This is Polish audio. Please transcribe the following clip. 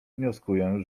wnioskuję